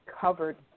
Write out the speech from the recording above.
covered